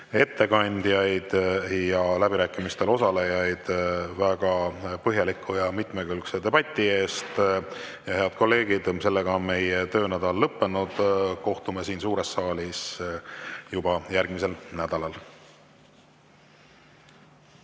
ettekandjaid ja läbirääkimistel osalejaid väga põhjaliku ja mitmekülgse debati eest! Head kolleegid, sellega on meie töönädal lõppenud. Kohtume siin suures saalis juba järgmisel nädalal.